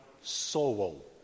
soul